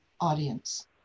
audience